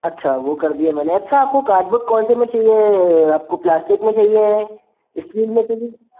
अच्छा वह कर दिए मैंने अच्छा आपको कार्डबोर्ड कौन से में चाहिए आपको प्लास्टिक में चाहिए स्ट्रीम में चाहिए